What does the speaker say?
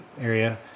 area